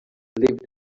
lived